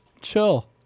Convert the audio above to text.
Chill